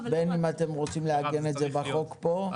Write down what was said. בין אם אתם ורצים לעגן את זה בחוק פה,